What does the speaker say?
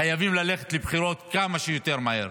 חייבים ללכת לבחירות כמה שיותר מהר.